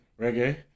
Reggae